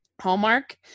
hallmark